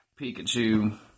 Pikachu